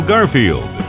Garfield